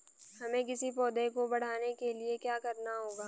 हमें किसी पौधे को बढ़ाने के लिये क्या करना होगा?